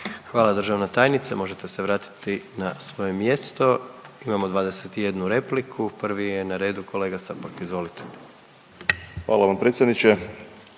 Hvala državna tajnice, možete se vratiti na svoje mjesto. Imamo 21 repliku prvi je na redu kolega Srpak, izvolite. **Srpak, Dražen